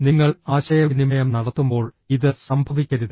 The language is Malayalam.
നിങ്ങൾ ആശയവിനിമയം നടത്തുമ്പോൾ ഇത് സംഭവിക്കരുത്